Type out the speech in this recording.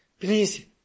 please